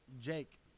Jake